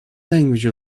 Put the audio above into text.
language